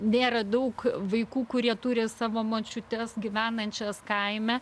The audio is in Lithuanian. nėra daug vaikų kurie turi savo močiutes gyvenančias kaime